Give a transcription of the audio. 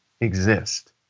exist